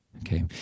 Okay